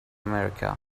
america